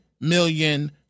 million